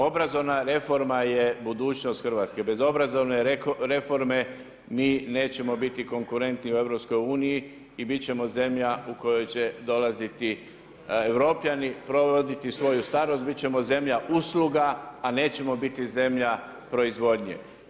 Obrazovna reforma je budućnost Hrvatske, bez obrazovne reforme mi nećemo biti konkurentni u EU-u i bit ćemo zemlja u kojoj će dolaziti Europljani provoditi svoju starost, bit ćemo zemlja usluga a nećemo biti zemlja proizvodnje.